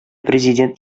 президент